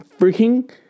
freaking